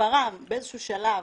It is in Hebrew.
מספרם באיזה שהוא שלב,